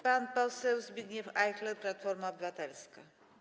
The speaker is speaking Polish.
Pan poseł Zbigniew Ajchler, Platforma Obywatelska.